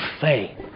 Faith